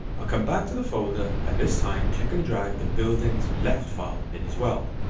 ah come back to the folder and this time click and drag the buildings left file in as well,